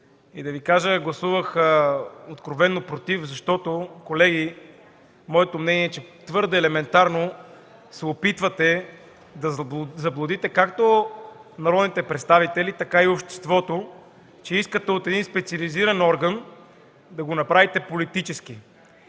да Ви кажа гласувах откровено „против”, защото, колеги, моето мнение е, че твърде елементарно се опитвате да заблудите както народните представители, така и обществото, че искате от един специализиран орган да го направите политически.